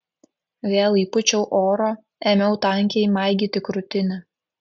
vėl įpūčiau oro ėmiau tankiai maigyti krūtinę